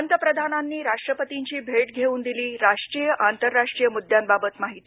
पंतप्रधानांनी राष्ट्रपतींची भेट घेऊन दिली राष्ट्रीय आंतरराष्ट्रीय मुद्यांबाबत माहिती